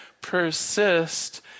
persist